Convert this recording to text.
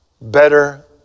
better